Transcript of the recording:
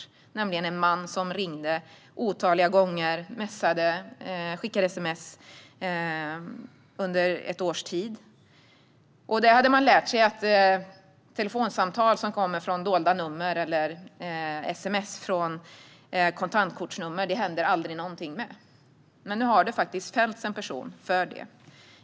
Det gällde en man som ringde otaliga gånger och skickade sms under ett års tid. Man hade lärt sig att det aldrig händer något med telefonsamtal från dolda nummer eller sms från kontantkortsnummer. Men nu har en person faktiskt fällts för detta.